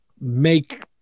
make